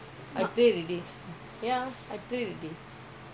C_P_F எதுக்குஇருக்குஅதேயேன்நான்ஏன்:ethuku irukku athayeen naan yeen waste பண்ணனும்:pannanum